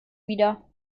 wieder